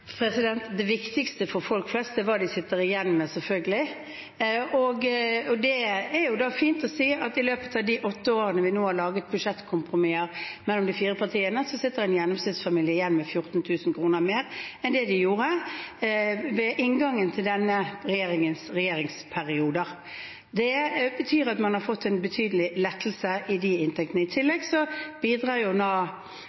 Det viktigste for folk flest er selvfølgelig hva de sitter igjen med, og da er det fint å si at i løpet av de åtte årene vi har laget budsjettkompromisser mellom de fire partiene, sitter en gjennomsnittsfamilie igjen med 14 000 kr mer enn det de gjorde ved inngangen til denne regjeringens regjeringsperioder. Det betyr at man har fått en betydelig lettelse gjennom det. I tillegg bidrar det forliket vi har gjort her, til ytterligere lettelser i